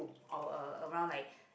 or uh around like